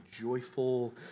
joyful